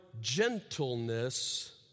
gentleness